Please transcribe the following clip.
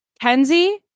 Kenzie